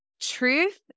truth